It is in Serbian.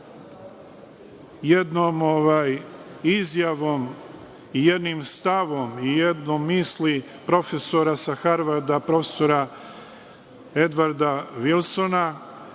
jednom izjavom i jednim stavom, i jednom misli, profesora sa Harvarda, profesora Edvarda Vilsona,